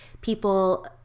People